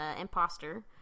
imposter